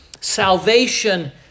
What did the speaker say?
Salvation